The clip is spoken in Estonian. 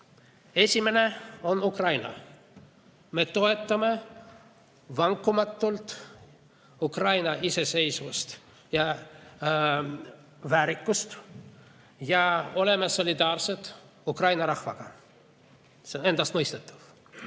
Esimene on Ukraina. Me toetame vankumatult Ukraina iseseisvust ja väärikust ning oleme solidaarsed Ukraina rahvaga. See on endastmõistetav.